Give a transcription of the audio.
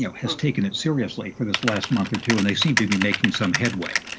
yeah has taken it seriously for this last month or two. and they seemed to be making some headway.